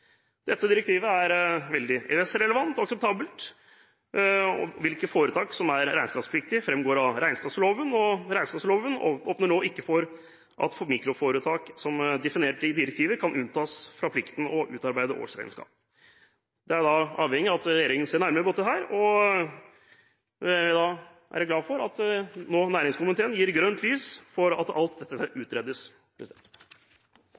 Dette direktivet er veldig EØS-relevant og akseptabelt. Hvilke foretak som er regnskapspliktige, framgår av regnskapsloven. Regnskapsloven åpner ikke for at mikroforetak som definert i direktivet, kan unntas fra plikten til å utarbeide årsregnskap. Man er avhengig av at regjeringen ser nærmere på dette, og vi kan være glad for at næringskomiteen nå gir grønt lys for at alt dette